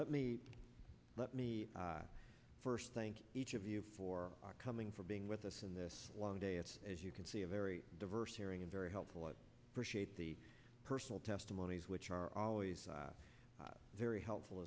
let me let me first thank each of you for coming for being with us in this one day it's as you can see a very diverse hearing and very helpful at the personal testimonies which are always very helpful